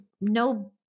no